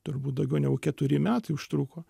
turbūt daugiau negu keturi metai užtruko